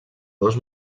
dos